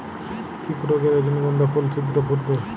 কি প্রয়োগে রজনীগন্ধা ফুল শিঘ্র ফুটবে?